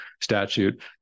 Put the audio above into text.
statute